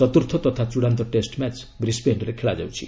ଚତୁର୍ଥ ତଥା ଚୂଡ଼ାନ୍ତ ଟେଷ୍ଟ ମ୍ୟାଚ୍ ବ୍ରିସ୍ବେନ୍ରେ ଖେଳାଯାଉଛି